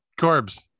Corbs